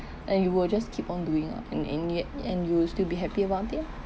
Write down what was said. and you will just keep on doing ah and in the e~ and you will still be happy about it ah